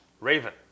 raven